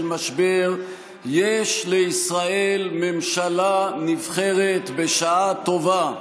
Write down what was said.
משבר יש לישראל ממשלה נבחרת בשעה טובה.